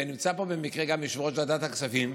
נמצא פה במקרה גם יושב-ראש ועדת הכספים,